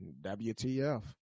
WTF